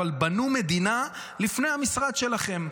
אבל בנו מדינה לפני המשרד שלכם.